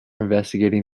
investigating